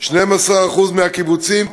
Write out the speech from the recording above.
12% מהקיבוצים,